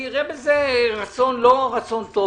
אראה בזה רצון לא טוב.